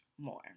more